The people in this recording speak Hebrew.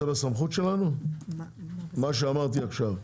זה בסמכות שלנו מה שאמרתי עכשיו,